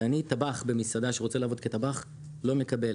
ואני מי שרוצה לעבוד כטבח במסעדה לא מקבל.